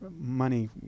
money